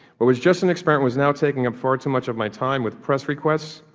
what was just an experiment was now taking up far too much of my time with press requests,